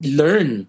learn